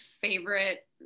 favorite